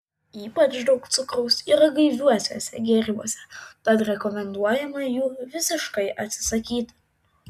ypač daug cukraus yra gaiviuosiuose gėrimuose tad rekomenduojama jų visiškai atsisakyti